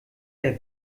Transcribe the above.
der